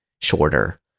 shorter